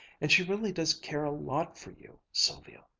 and she really does care a lot for you, sylvia.